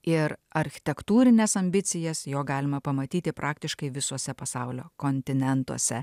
ir architektūrines ambicijas jo galima pamatyti praktiškai visuose pasaulio kontinentuose